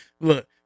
Look